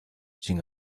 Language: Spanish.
sin